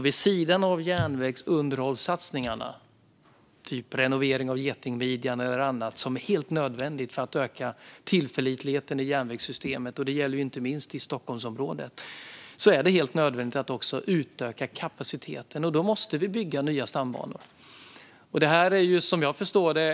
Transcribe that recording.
Vid sidan av järnvägsunderhållssatsningarna - renovering av Getingmidjan eller annat som är helt nödvändigt för att öka tillförlitligheten i järnvägssystemet, inte minst i Stockholmsområdet - är det helt nödvändigt att också utöka kapaciteten. Då måste vi bygga nya stambanor.